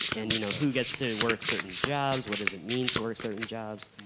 and, you know, who gets to work certain jobs, what does it mean to work certain jobs.